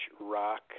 rock